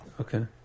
Okay